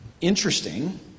interesting—